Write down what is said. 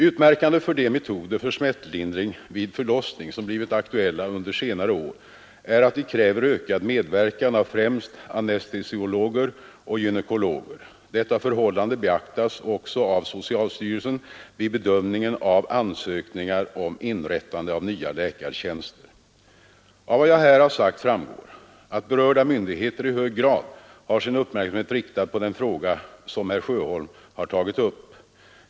Utmärkande för de metoder för smärtlindring vid förlossning som blivit aktuella under senare år är att de kräver ökad medverkan av främst anestesiologer och gynekologer. Detta förhållande beaktas också av socialstyrelsen vid bedömningen av ansökningar om inrättande av nya läkartjänster. Av vad jag här sagt framgår, att berörda myndigheter i hög grad har sin uppmärksamhet riktad på den fråga som herr Sjöholm har tagit upp.